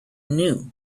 knew